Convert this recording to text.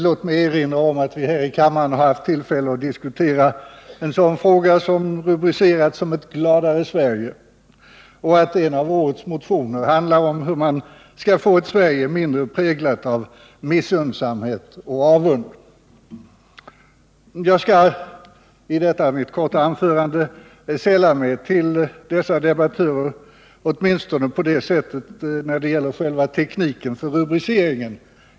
Låt mig erinra om att vi här i kammaren kommer att få tillfälle att diskutera en fråga som kan rubriceras ”Ett gladare Sverige” och att en av årets motioner handlar om hur man skall få ett Sverige som är mindre präglat av missunnsamhet och avund. Jag skall i detta mitt korta anförande sälla mig till dessa debattörer, åtminstone när det gäller själva rubriceringstekniken.